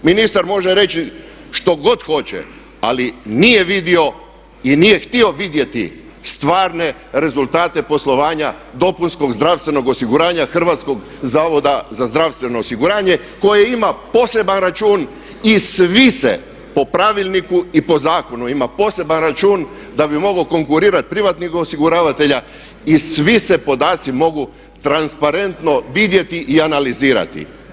Ministar može reći što god hoće, ali nije vidio i nije htio vidjeti stvarne rezultate poslovanja dopunskog zdravstvenog osiguranja Hrvatskog zavoda za zdravstveno osiguranje koje ima poseban račun i svi se po pravilniku i po zakonu ima poseban račun da bi mogao konkurirati kod privatnih osiguravatelja i svi se podaci mogu transparentno vidjeti i analizirati.